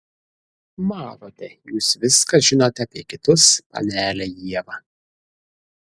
matote jūs viską žinote apie kitus panele ieva